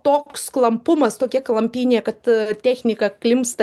toks klampumas tokia klampynė kad technika klimpsta